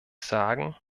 sagen